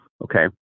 Okay